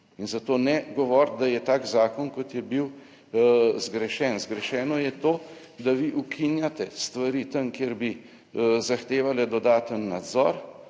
in zato ne govoriti, da je tak zakon kot je bil, zgrešen. Zgrešeno je to, da vi ukinjate stvari tam kjer bi zahtevale dodaten nadzor